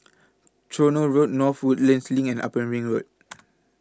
Tronoh Road North Woodlands LINK and Upper Ring Road